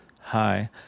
hi